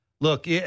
Look